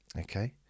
okay